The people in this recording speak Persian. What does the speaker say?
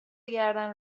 گردن